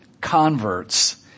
converts